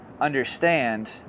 understand